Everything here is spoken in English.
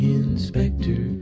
inspector